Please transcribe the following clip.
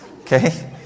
Okay